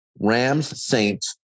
Rams-Saints